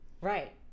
Right